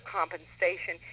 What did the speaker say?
compensation